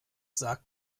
sagt